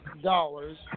dollars